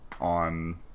on